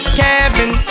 cabin